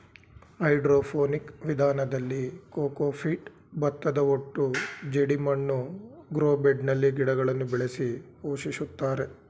hydroponic ವಿಧಾನದಲ್ಲಿ cocopeat, ಭತ್ತದಹೊಟ್ಟು ಜೆಡಿಮಣ್ಣು ಗ್ರೋ ಬೆಡ್ನಲ್ಲಿ ಗಿಡಗಳನ್ನು ಬೆಳೆಸಿ ಪೋಷಿಸುತ್ತಾರೆ